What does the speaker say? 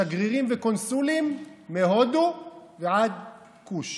שגרירים וקונסולים מהודו ועד כוש,